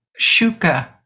Shuka